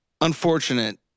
unfortunate